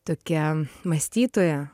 tokia mąstytoja